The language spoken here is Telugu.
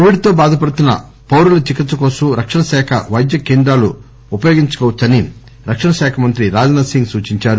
కోవిడ్ తో బాధపడుతున్న పౌరుల చికిత్స కోసం రక్షణ శాఖ వైద్య కేంద్రాలు ఉపయోగించుకోవచ్చునని రక్షణ శాఖ మంత్రి రాజ్ నాధ్ సింగ్ సూచించారు